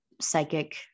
psychic